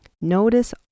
Notice